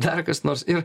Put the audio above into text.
dar kas nors ir